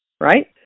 Right